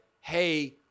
hey